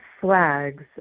flags